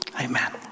Amen